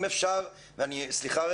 אם אפשר מהדוברים,